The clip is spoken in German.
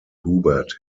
hubert